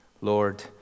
Lord